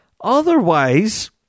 Otherwise